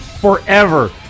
forever